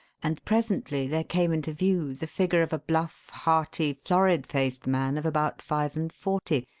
and presently there came into view the figure of a bluff, hearty, florid-faced man of about five-and-forty,